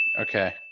okay